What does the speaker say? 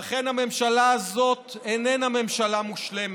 אכן, הממשלה הזאת איננה ממשלה מושלמת.